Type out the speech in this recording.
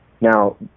Now